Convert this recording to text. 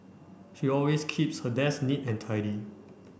she always keeps her desk neat and tidy